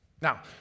Now